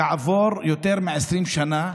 כעבור יותר מ-20 שנה,